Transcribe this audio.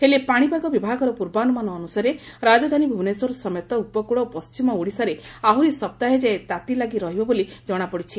ହେଲେ ପାଶିପାଗ ବିଭାଗର ପୂର୍ବାନୁମାନ ଅନୁସାରେ ରାଜଧାନୀ ଭୁବନେଶ୍ୱର ସମେତ ଉପକୂଳ ଓ ପଣିମଓଡ଼ିଶାରେ ଆହୁରି ସପ୍ତାହ ଯାଏ ତାତି ଲାଗି ରହିବ ବୋଲି ଜଶାପଡ଼ିଛି